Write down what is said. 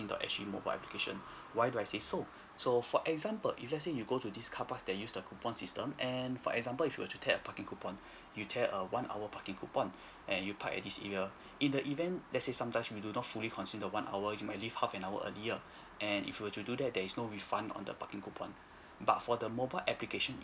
dot S_G mobile application why do I say so so for example if let's say you go to this car park that use the coupon system and for example if you were to tear a parking coupon you teared a one hour parking coupon and you parked at this area in the event let's say sometimes we do not fully consume the one hour you might leave half an hour earlier and if you were to do that there is no refund on the parking coupon but for the mobile application